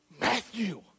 Matthew